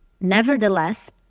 Nevertheless